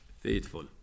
Faithful